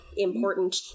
Important